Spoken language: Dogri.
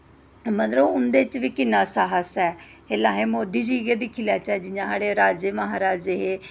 मतलब उं'दे च बी कि'न्ना साहस ऐ ऐल्लै अस मोदी जी गै दिक्खी लैचे जि'यां साढ़े राजे म्हाराजे हे